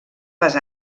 les